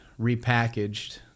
repackaged